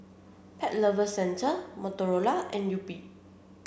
Pet Lover Centre Motorola and Yupi